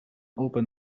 open